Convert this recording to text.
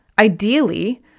Ideally